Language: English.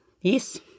Yes